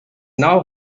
now